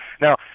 Now